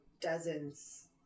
dozens